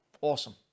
awesome